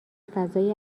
فضای